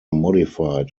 modified